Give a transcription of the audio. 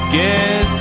Guess